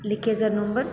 लिखिए sir number